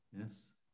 Yes